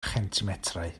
chentimetrau